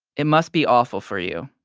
it must be awful for you.